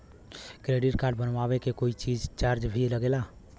Credit card बनवावे के कोई चार्ज भी लागेला?